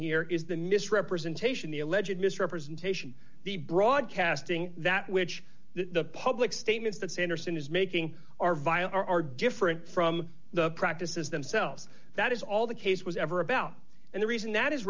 here is the misrepresentation the alleged misrepresentation the broadcasting that which the public statements that sanderson is making are vi are different from the practices themselves that is all the case was ever about and the reason that is